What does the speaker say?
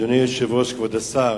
אדוני היושב-ראש, כבוד השר,